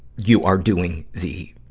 you are doing the,